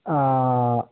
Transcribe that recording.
आ